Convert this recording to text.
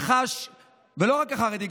לא רק החרדי,